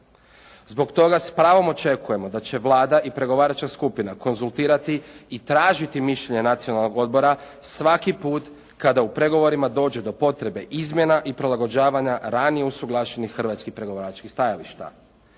Zbog toga s pravom očekujemo da će Vlada i pregovaračka skupina konzultirati i tražiti mišljenja Nacionalnog odbora svaki put kada u pregovorima dođe do potrebe izmjena i prilagođavanja ranije usuglašenih hrvatskih pregovaračkih stajališta.